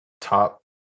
top